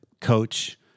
coach